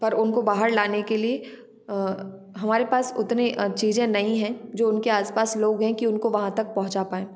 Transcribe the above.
पर उनको बाहर लाने के लिए हमारे पास उतनी चीजें नहीं हैं जो उनके आस पास लोग हैं कि उनको वहाँ तक पहुँचा पाएं